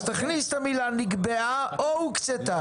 אז תכניסו את המילה נקבעה או הוקצתה.